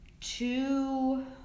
two